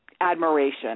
admiration